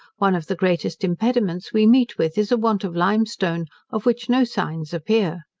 one of the greatest impediments we meet with is a want of limestone, of which no signs appear.